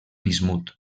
bismut